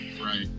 right